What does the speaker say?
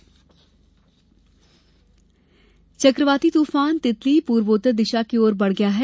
मौसम चकवाती तूफान तितली पूर्वोत्तर दिशा की ओर बढ गया है